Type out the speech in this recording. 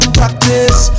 practice